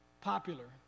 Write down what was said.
popular